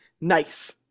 nice